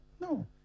No